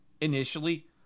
initially